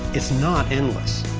it's not endless.